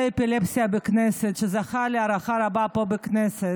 אפילפסיה בכנסת שזכה להערכה רבה פה בכנסת.